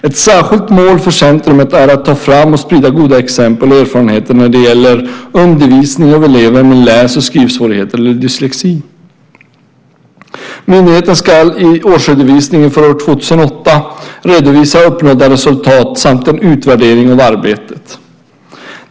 Ett särskilt mål för centrumet är att ta fram och sprida goda exempel och erfarenheter när det gäller undervisning av elever med läs och skrivsvårigheter, dyslexi. Myndigheten ska i årsredovisningen för år 2008 redovisa uppnådda resultat samt en utvärdering av arbetet.